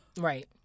Right